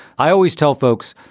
i always tell folks,